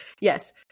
Yes